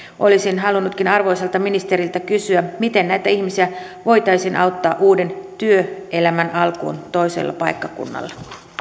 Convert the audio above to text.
olisinkin halunnut arvoisalta ministeriltä kysyä miten näitä ihmisiä voitaisiin auttaa uuden työelämän alkuun toisella paikkakunnalla